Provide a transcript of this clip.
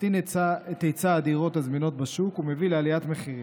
מקטין את היצע הדירות הזמינות בשוק ומביא לעליית מחירים.